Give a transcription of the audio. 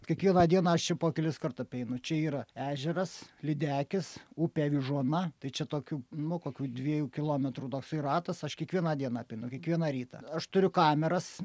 kiekvieną dieną aš čia po keliskart apeinu čia yra ežeras lydekis upė vyžuona tai čia tokių nu kokių dviejų kilometrų toksai ratas aš kiekvieną dieną apeinu kiekvieną rytą aš turiu kameras